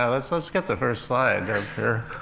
yeah let's let's get the first slide up here.